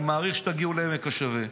אני מעריך שתגיעו לעמק השווה.